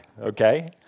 okay